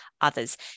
others